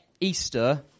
Easter